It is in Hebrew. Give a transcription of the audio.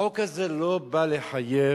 החוק הזה לא בא לחייב